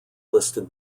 listed